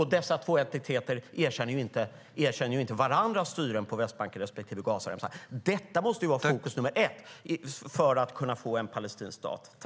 Dessa två entiteter erkänner inte varandras styren på Västbanken respektive Gazaremsan. Detta måste vara fokus nummer ett för att kunna få en palestinsk stat.